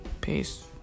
Peace